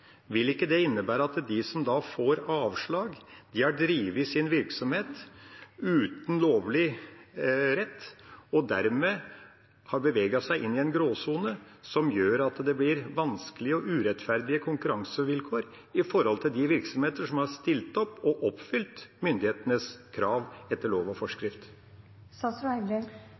vil ikke det innebære at de som får avslag, har drevet sin virksomhet uten lovlig rett til det og dermed har beveget seg inn i en gråsone, noe som har skapt vanskelige og urettferdige konkurransevilkår for de virksomhetene som har stilt opp og oppfylt myndighetenes krav etter lov og